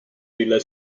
della